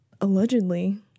allegedly